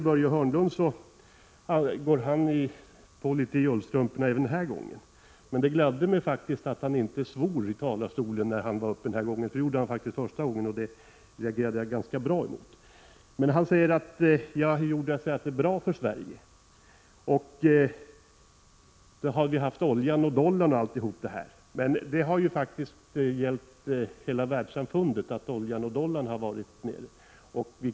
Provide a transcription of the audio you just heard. Börje Hörnlund gick på i ullstrumporna även denna gång, men det gladde mig faktiskt att han inte svor i talarstolen, vilket han gjorde i sitt första anförande; något som jag reagerade ganska kraftigt emot. Han sade att det förhållandet att det har gått bra för Sverige beror på oljeprissänkningarna, den låga dollarkursen osv., men det är faktiskt någonting som hela världssamfundet har haft fördel av.